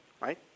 right